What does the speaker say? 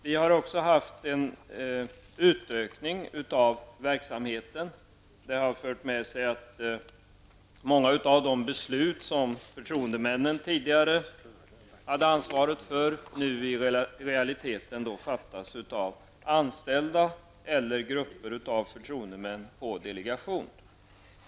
Det har också skett en utökning av verksamheten, vilket har fört med sig att många av de beslut som förtroendemännen tidigare hade ansvar för nu i realiteten fattas på delegation av anställda eller av grupper av förtroendemän.